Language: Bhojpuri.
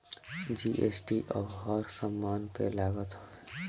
जी.एस.टी अब हर समान पे लागत हवे